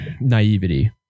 naivety